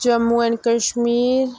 Jammu and Kashmir